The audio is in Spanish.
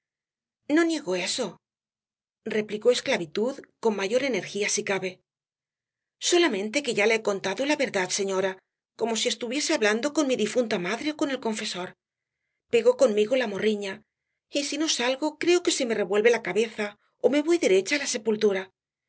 no niego eso replicó esclavitud con mayor energía si cabe solamente que ya le he contado la verdad señora como si estuviese hablando con mi difunta madre ó con el confesor pegó conmigo la morriña y si no salgo creo que se me revuelve la cabeza ó me voy derecha á la sepultura